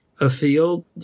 afield